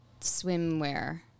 swimwear